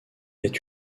est